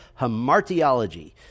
hamartiology